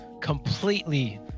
completely